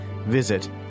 Visit